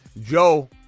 Joe